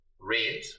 red